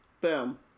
Boom